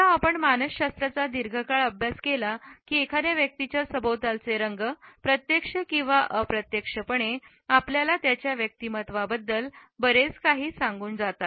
एकदा आपण मानसशास्त्राचा दीर्घकाळ अभ्यास केला की की एखाद्या व्यक्तीच्या सभोवतालचे रंग प्रत्यक्ष किंवा अप्रत्यक्षपणे आपल्याला त्याच्या व्यक्तिमत्त्वाबद्दल बरेच काही सांगू शकतात